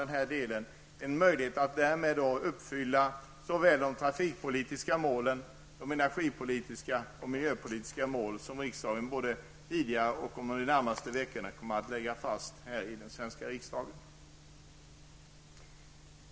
Här har vi en möjlighet att uppfylla såväl de trafikpolitiska målen som energipolitiska och miljöpolitiska mål som riksdagen tidigare har antagit eller kommer att lägga fast under de närmaste veckorna.